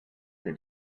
did